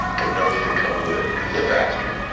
the notes that comes with it because it's faster.